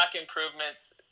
improvements